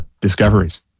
discoveries